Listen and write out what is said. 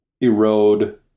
erode